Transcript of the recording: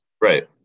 Right